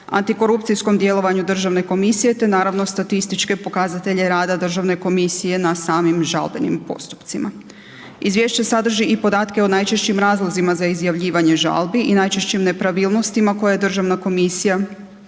antikorupcijskom djelovanju državne komisije te naravno statističke pokazatelje rada državne komisije na samim žalbenim postupcima. Izvješće sadrži podatke o najčešćim razlozima za izjavljivanje žalbi i najčešćim nepravilnostima koje je državna komisija